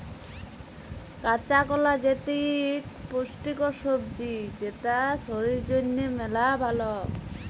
কাঁচা কলা যেটি ইক পুষ্টিকর সবজি যেটা শরীর জনহে মেলা ভাল